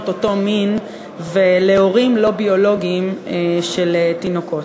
אותו מין ולהורים לא-ביולוגיים של תינוקות.